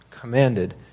commanded